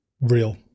Real